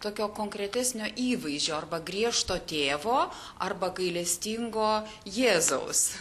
tokio konkretesnio įvaizdžio arba griežto tėvo arba gailestingo jėzaus